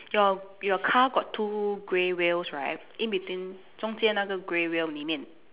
your your car got two grey wheels right in between 中间那个 grey wheel 里面